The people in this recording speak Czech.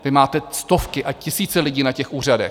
Vy máte stovky a tisíce lidí na těch úřadech.